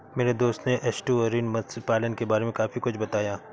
मेरे दोस्त ने एस्टुअरीन मत्स्य पालन के बारे में काफी कुछ बताया